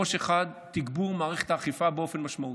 ראש אחד, תגבור מערכת האכיפה באופן משמעותי.